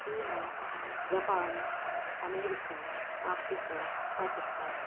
China Japan America Africa Pakistan